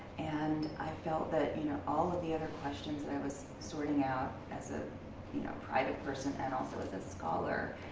and i felt that, you know, all of the other questions that i was sorting out, as a you know private person and also as a scholar,